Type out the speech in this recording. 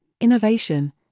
innovation